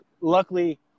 Luckily